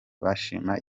bashima